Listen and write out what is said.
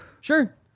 sure